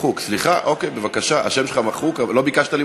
לא נמצא, מאיר כהן, לא נמצא,